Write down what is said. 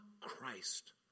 Christ